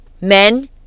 Men